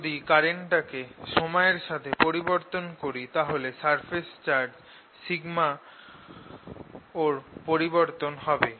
যদি কারেন্টটাকে সময়ের সাথে পরিবর্তন করি তাহলে সারফেস চার্জ রও পরিবর্তন হবে